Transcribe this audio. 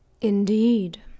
Indeed